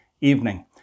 evening